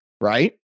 right